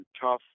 tough